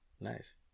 Nice